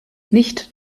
nicht